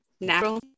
natural